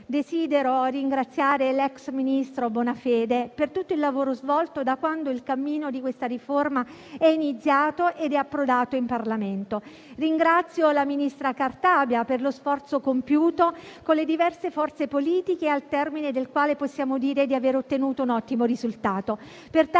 Desidero ringraziare l'ex ministro Bonafede per tutto il lavoro svolto da quando il cammino di questa riforma è iniziato ed è approdato in Parlamento. Ringrazio la ministra Cartabia per lo sforzo compiuto con le diverse forze politiche, al termine del quale possiamo dire di aver ottenuto un ottimo risultato. Per tali